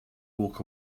walk